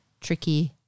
tricky